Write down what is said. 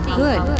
good